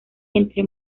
entre